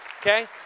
Okay